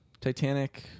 Titanic